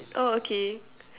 oh okay